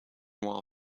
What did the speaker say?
wall